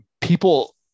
people